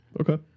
Okay